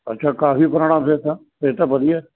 ਅੱਛਾ ਕਾਫੀ ਪੁਰਾਣਾ ਫਿਰ ਤਾਂ ਫਿਰ ਤਾਂ ਵਧੀਆ